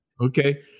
Okay